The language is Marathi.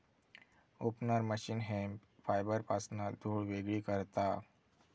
ओपनर मशीन हेम्प फायबरपासना धुळ वेगळी करता